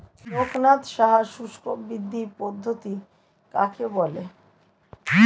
লোকনাথ সাহা শুষ্ককৃষি পদ্ধতি কাকে বলে?